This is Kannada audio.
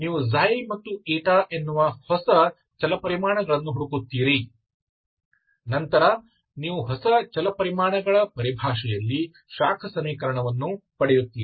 ನೀವು ξ ಮತ್ತು η ಎನ್ನುವ ಹೊಸ ಚಲಪರಿಮಾಣಗಳನ್ನು ಹುಡುಕುತ್ತೀರಿ ನಂತರ ನೀವು ಹೊಸ ಚಲಪರಿಮಾಣಗಳ ಪರಿಭಾಷೆಯಲ್ಲಿ ಶಾಖ ಸಮೀಕರಣವನ್ನು ಪಡೆಯುತ್ತೀರಿ